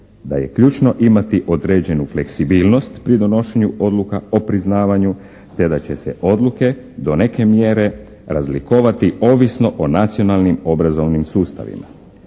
da je ključno imati određenu fleksibilnost pri donošenju odluka o priznavanju te da će se odluke do neke mjere razlikovati ovisno o nacionalnim obrazovnim sustavima.